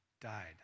died